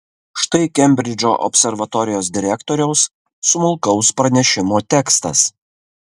štai kembridžo observatorijos direktoriaus smulkaus pranešimo tekstas